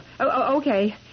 okay